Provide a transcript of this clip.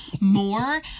more